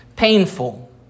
Painful